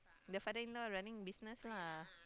the father in law running business lah